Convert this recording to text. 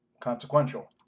consequential